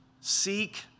Seek